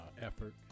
effort